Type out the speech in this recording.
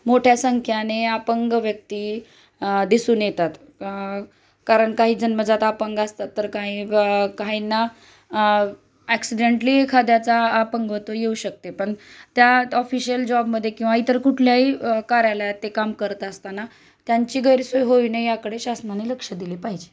मोठ्या संख्येने अपंग व्यक्ती दिसून येतात कारण काही जन्मजात अपंग असतात तर काही काहींना ॲक्सिडेंटली एखाद्याचा अपंग तो येऊ शकते पण त्यात ऑफिशिल जॉबमध्ये किंवा इतर कुठल्याही कार्यालयात ते काम करत असताना त्यांची गैरसोय होई न याकडे शासनाने लक्ष दिली पाहिजे